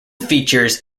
features